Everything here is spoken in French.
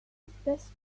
espèces